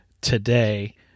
today